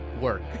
work